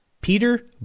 Peter